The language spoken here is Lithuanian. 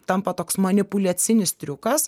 tampa toks manipuliacinis triukas